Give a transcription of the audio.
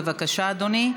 בבקשה, אדוני.